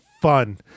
fun